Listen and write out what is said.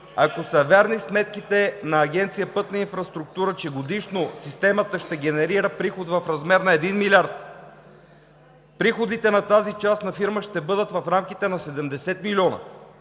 Ако са верни сметките на Агенция „Пътна инфраструктура“, че годишно системата ще генерира приход в размер на 1 милиард, приходите на тази частна фирма ще бъдат в рамките на 70 милиона.